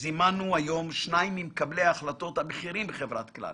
זימנו היום שניים ממקבלי ההחלטות הבכירים בחברת כלל: